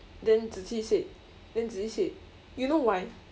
then zi qi said then zi qi said you know why